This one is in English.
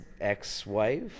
ex-wife